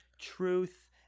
truth